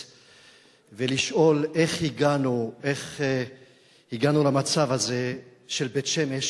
ולשאול איך הגענו למצב הזה של בית-שמש,